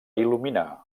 il·luminar